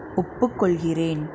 ஒப்புக்கொள்கிறேன்